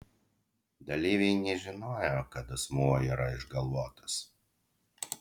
dalyviai nežinojo kad asmuo yra išgalvotas